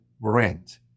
rent